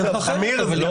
בדרך אחרת אבל היא מוגבלת.